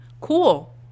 cool